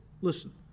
Listen